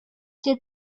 did